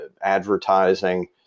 advertising